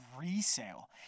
resale